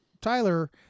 Tyler